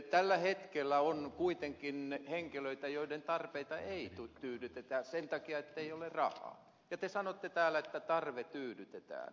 tällä hetkellä on kuitenkin henkilöitä joiden tarpeita ei tyydytetä sen takia ettei ole rahaa ja te sanotte täällä että tarve tyydytetään